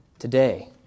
today